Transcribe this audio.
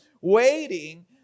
waiting